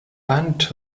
band